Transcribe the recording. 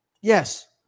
Yes